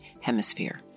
Hemisphere